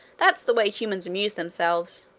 that's the way humans amuse themselves.